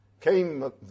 Came